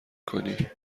کنی